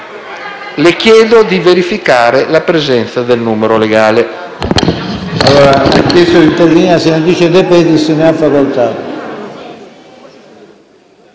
le chiedo di verificare la presenza del numero legale.